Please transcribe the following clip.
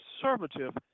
conservative